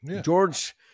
George